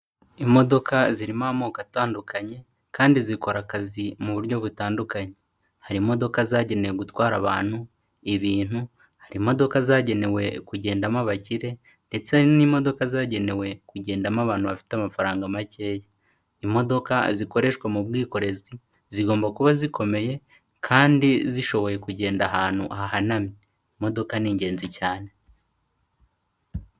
Imodoka zirimo amoko atandukanye kandi zikora akazi mu buryo butandukanye. Hari imodoka zagenewe gutwara abantu ibintu, hari imodoka zagenewe kugendamo bakire ndetse n'imodoka zagenewe kugendamo abantu bafite amafaranga makeya. Imodoka zikoreshwa mu bwikorezi zigomba kuba zikomeye kandi zishoboye kugenda ahantu hahanamye. Imodoka ni ingenzi cyane.